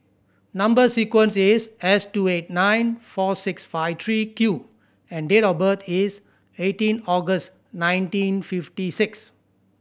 number sequence is S two eight nine four six five three Q and date of birth is eighteen August nineteen fifty six